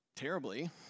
terribly